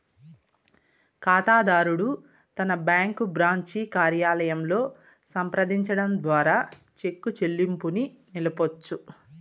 కాతాదారుడు తన bank branch కార్యాలయంలో సంప్రదించడం ద్వారా చెక్కు చెల్లింపుని నిలపొచ్చు